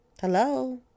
Hello